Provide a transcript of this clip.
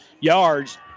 yards